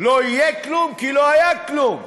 לא יהיה כלום כי לא היה כלום.